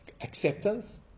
acceptance